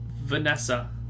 Vanessa